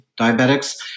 diabetics